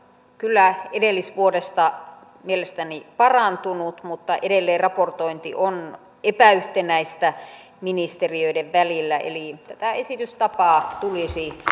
kyllä edellisvuodesta mielestäni parantunut mutta edelleen raportointi on epäyhtenäistä ministeriöiden välillä eli esitystapaa tulisi